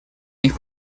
них